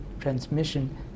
transmission